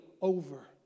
over